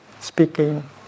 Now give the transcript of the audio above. speaking